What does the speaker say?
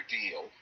deal